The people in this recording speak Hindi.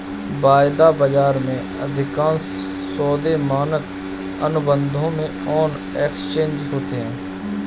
वायदा बाजार में, अधिकांश सौदे मानक अनुबंधों में ऑन एक्सचेंज होते हैं